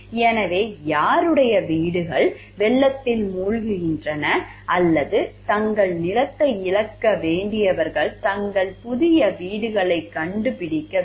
எனவே யாருடைய வீடுகள் வெள்ளத்தில் மூழ்குகின்றன அல்லது தங்கள் நிலத்தை இழக்க வேண்டியவர்கள் தங்கள் புதிய வீடுகளைக் கண்டுபிடிக்க வேண்டும்